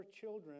children